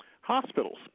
hospitals